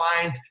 find